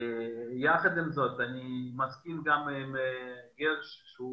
יחד עם זאת, אני מסכים עם גרש שהוא